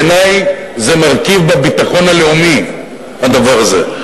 בעיני זה מרכיב בביטחון הלאומי, הדבר הזה.